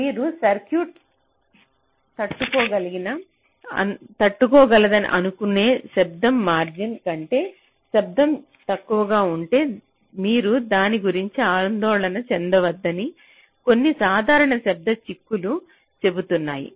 మీ circuit తట్టుకోగలదని అనుకునే శబ్దం మార్జిన్ కంటే శబ్దం తక్కువగా ఉంటే మీరు దాని గురించి ఆందోళన చెందవద్దని కొన్ని సాధారణ శబ్ద చిక్కులు చెబుతున్నాయి